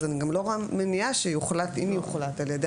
אז אני גם לא רואה מניעה שאם יוחלט על ידי